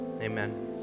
Amen